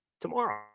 tomorrow